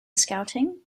scouting